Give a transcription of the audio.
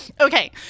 okay